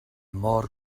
môr